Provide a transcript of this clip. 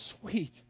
sweet